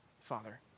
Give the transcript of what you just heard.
Father